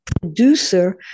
producer